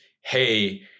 hey